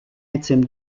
intime